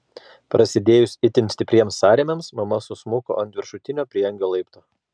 prasidėjus itin stipriems sąrėmiams mama susmuko ant viršutinio prieangio laipto